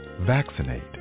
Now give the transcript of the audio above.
Vaccinate